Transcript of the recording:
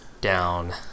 down